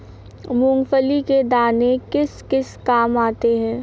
मूंगफली के दाने किस किस काम आते हैं?